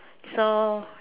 so